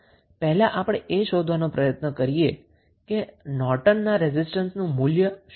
આમ પહેલા આપણે એ શોધવાનો પ્રયત્ન કરીએ કે નોર્ટનના રેઝિસ્ટન્સનું મૂલ્ય શું હશે